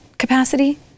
capacity